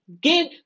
Give